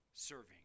serving